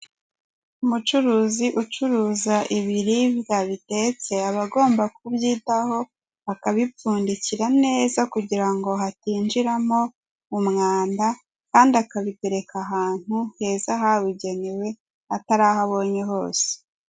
Umucuruzi ucuruza ibiribwa bitetse aba agomba kubyitaho akabipfundikira neza kugira ngo hatinjiramo umwanda, kandi akabitereka ahantu heza habugenewe atari aho abonye hose.